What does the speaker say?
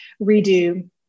redo